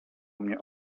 mnie